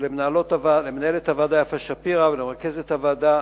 למנהלת הוועדה יפה שפירא ולמרכזת הוועדה